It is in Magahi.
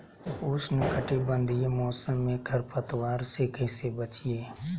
उष्णकटिबंधीय मौसम में खरपतवार से कैसे बचिये?